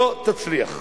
לא תצליח.